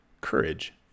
courage